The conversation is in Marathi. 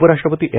उपराष्ट्रपती एम